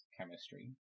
chemistry